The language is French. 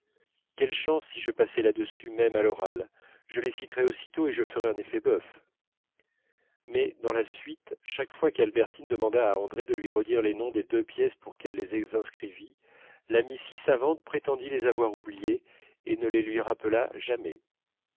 quelle chance si je passais là-dessus même à l'oral je les citerais aussitôt et je ferais un effet bœuf mais dans la suite chaque fois qu'albertine demanda à andrée de lui redire les noms des deux pièces pour qu'elle les inscrivît l'amie si savante prétendait les avoir oubliés et ne les lui rappela jamais